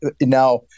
Now